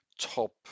top